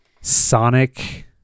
Sonic